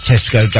Tesco